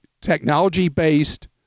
technology-based